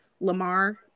Lamar